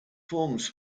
forms